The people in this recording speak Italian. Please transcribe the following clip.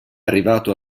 arrivato